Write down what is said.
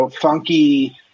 funky